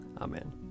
amen